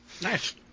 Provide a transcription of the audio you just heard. Nice